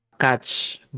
catch